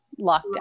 lockdown